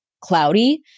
cloudy